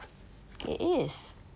it is